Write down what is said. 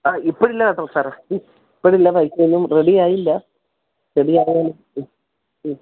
ആ ഇപ്പോൾ ഇല്ല കേട്ടോ സാറേ ഇപ്പോൾ ഇല്ല പൈസയൊന്നും റെഡി ആയില്ല റെഡി ആയാൽ മ് മ്